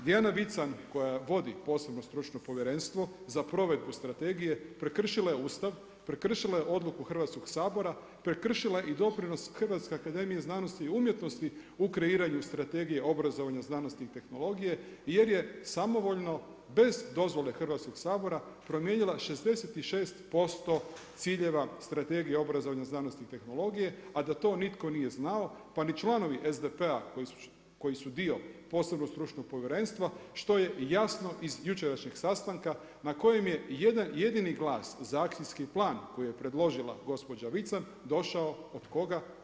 Dijana Vican koja vodi posebno stručno povjerenstvo za provedbu strategije prekršila je Ustav, prekršila je odluku Hrvatskog sabora, prekršila je i doprinos Hrvatske akademije znanosti i umjetnosti u kreiranju Strategije obrazovanja, znanosti i tehnologije, jer je samovoljno bez dozvole Hrvatskog sabora promijenila 66% ciljeva Strategije obrazovanja, znanosti i tehnologije, a da to nitko nije znao, pa ni članovi SDP-a koji su dio posebnog stručnog povjerenstva što je i jasno iz jučerašnjeg sastanka na kojim je jedan jedini glas za akcijski plan koji je predložila gospođa Vican došao od koga?